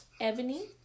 ebony